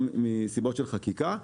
גם מסיבות של חקיקה,